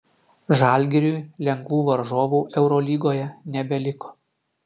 žalgiriui lengvų varžovų eurolygoje nebeliko